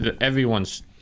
everyone's